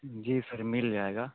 जी sir मिल जाएगा